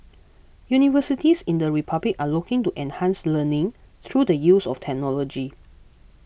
universities in the Republic are looking to enhance learning through the use of technology